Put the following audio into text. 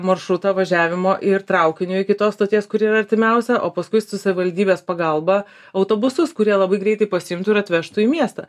maršrutą važiavimo ir traukiniu iki tos stoties kuri yra artimiausia o paskui su savivaldybės pagalba autobusus kurie labai greitai pasiimtų ir atvežtų į miestą